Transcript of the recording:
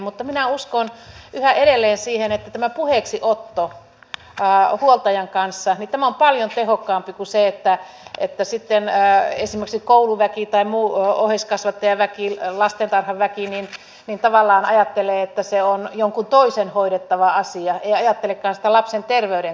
mutta minä uskon yhä edelleen siihen että tämä puheeksiotto huoltajan kanssa on paljon tehokkaampi kuin se että sitten esimerkiksi kouluväki lastentarhan väki tai muu oheiskasvattajaväki tavallaan ajattelee että se on jonkun toisen hoidettava asia ei ajattelekaan sitä lapsen terveyden kannalta